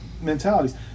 mentalities